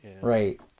Right